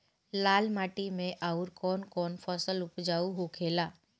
लाल माटी मे आउर कौन कौन फसल उपजाऊ होखे ला?